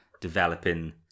developing